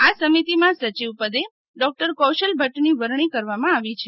આ સમિતિમાં સચિવ પદે ડોક્ટર કૌશલ ભદૃની વરણી કરવામાં આવી છે